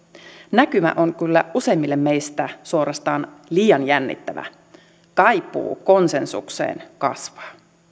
näkymä on kyllä useimmille meistä suorastaan liian jännittävä kaipuu konsensukseen kasvaa